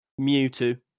Mewtwo